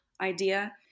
idea